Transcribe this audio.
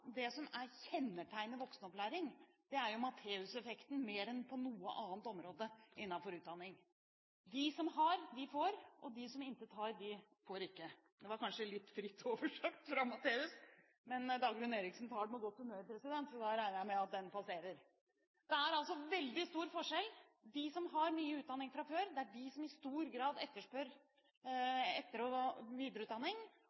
Det som kjennetegner voksenopplæring, er Matteus-effekten, mer enn på noe annet område innenfor utdanning: De som har, får, og de som intet har, får ikke. Det var kanskje litt fritt oversatt fra Matteus, men Dagrun Eriksen tar det med godt humør, president, så da regner jeg med at den passerer! Det er altså veldig stor forskjell – de som har mye utdanning fra før, er de som i stor grad etterspør